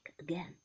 again